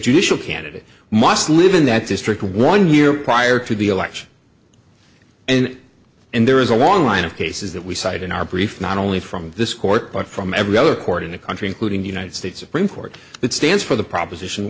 judicial candidate must live in that district one year prior to the election and and there is a long line of cases that we cite in our brief not only from this court but from every other court in the country including the united states supreme court that stands for the proposition